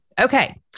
Okay